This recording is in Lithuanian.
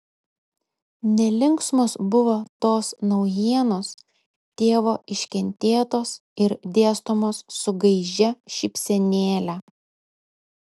nelinksmos buvo tos naujienos tėvo iškentėtos ir dėstomos su gaižia šypsenėle